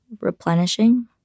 replenishing